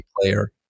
player